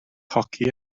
hoci